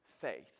faith